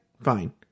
fine